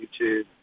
YouTube